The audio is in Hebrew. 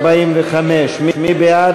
הסתייגויות להפחתת התקציב לסעיף 45, מי בעד?